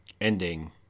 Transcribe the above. ending